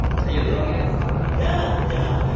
really? oh, yeah. i saw that yeah, yeah.